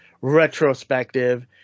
retrospective